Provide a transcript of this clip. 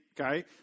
okay